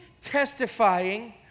testifying